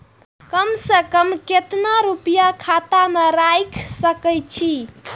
कम से कम केतना रूपया खाता में राइख सके छी?